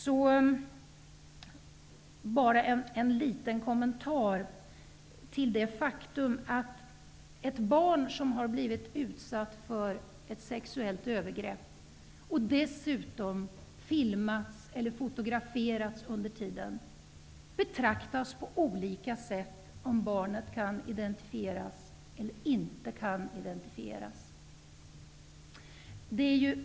Jag skall bara ge en liten kommentar till det faktum att ett barn som har blivit utsatt för ett sexuellt övergrepp och under tiden dessutom filmats eller fotograferats betraktas på olika sätt om barnet kan identifieras eller inte.